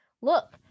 look